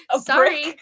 sorry